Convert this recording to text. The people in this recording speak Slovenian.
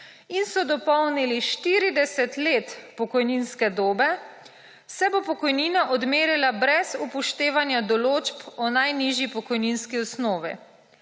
in so dopolnili 40 let pokojninske dobe, se bo pokojnina odmerila brez upoštevanja določb o najnižji pokojninski osnovi.